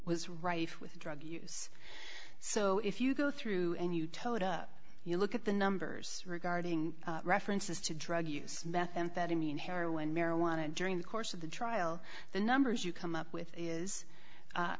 was rife with drug use so if you go through and you tell it up you look at the numbers regarding references to drug use methamphetamine heroin marijuana during the course of the trial the numbers you come up with is